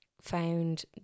found